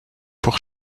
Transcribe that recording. pour